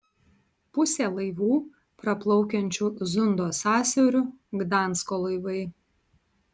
pusė laivų praplaukiančių zundo sąsiauriu gdansko laivai